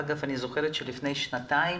אני זוכרת שלפני שנתיים